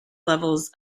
levels